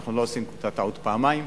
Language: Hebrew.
אנחנו לא עושים אותה טעות פעמיים.